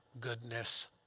goodness